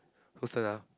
whose turn ah